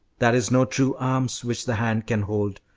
that is no true alms which the hand can hold.